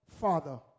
Father